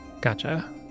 Gotcha